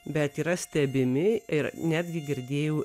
bet yra stebimi ir netgi girdėjau